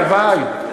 הלוואי.